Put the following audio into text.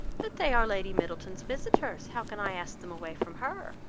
but they are lady middleton's visitors. how can i ask them away from her?